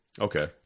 Okay